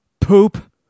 poop